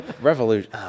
Revolution